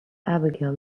abigail